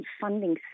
funding